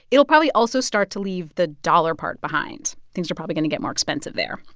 it'll probably also start to leave the dollar part behind. things are probably going to get more expensive there,